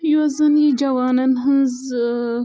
یۄس زَن یہِ جوانَن ہٕنٛز